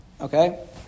Okay